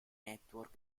network